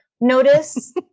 notice